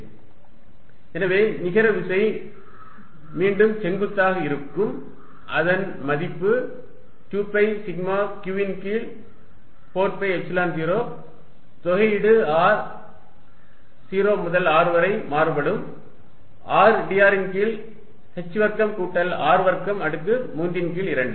FQq4π0hh2R232 dFringσ2πqh rdr4π0h2R232 எனவே நிகர விசை மீண்டும் செங்குத்தாக இருக்கும் அதன் மதிப்பு 2 பை சிக்மா q ன் கீழ் 4 பை எப்சிலன் 0 தொகையீடு r 0 முதல் R வரை மாறுபடும் r dr ன் கீழ் h வர்க்கம் கூட்டல் r வர்க்கம் அடுக்கு 3 ன் கீழ் 2